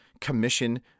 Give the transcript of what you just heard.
commission